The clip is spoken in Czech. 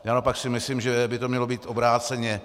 Já naopak si myslím, že by to mělo být obráceně.